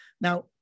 Now